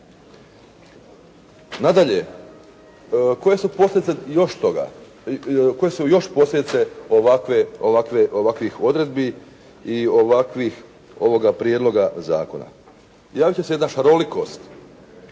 Nadalje, koje su još posljedice ovakvih odredbi i ovoga prijedloga zakona? Javiti će se jedna šarolikost,